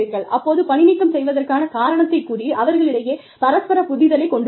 அப்போது பணிநீக்கம் செய்வதற்கான காரணத்தைக் கூறி அவர்களிடையே பரஸ்பர புரிதலை கொண்டு வாருங்கள்